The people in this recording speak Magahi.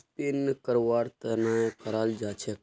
स्पिन करवार त न कराल जा छेक